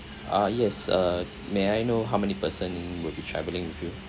ah yes uh may I know how many person will be travelling with you